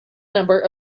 number